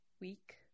week